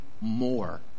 more